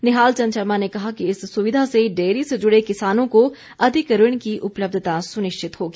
निहाल चंद शर्मा ने कहा कि इस सुविधा से डेयरी से जुड़े किसानों को अधिक ऋण की उपलब्धता सुनिश्चित होगी